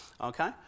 Okay